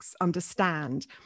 understand